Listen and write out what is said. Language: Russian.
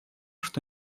что